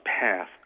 path